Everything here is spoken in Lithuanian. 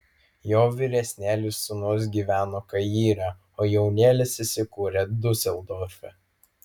jo vyresnėlis sūnus gyveno kaire o jaunėlis įsikūrė diuseldorfe